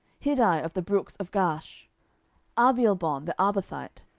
hiddai of the brooks of gaash abialbon the arbathite,